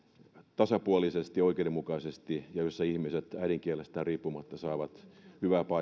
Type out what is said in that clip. tasapuolisesti ja oikeudenmukaisesti ja jossa ihmiset äidinkielestään riippumatta saavat hyvää